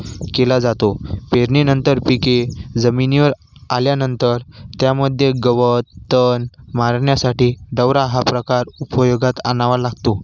केला जातो पेरणीनंतर पिके जमिनीवर आल्यानंतर त्यामध्ये गवत तण मारण्यासाठी डवरा हा प्रकार उपयोगात आणावा लागतो